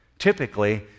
Typically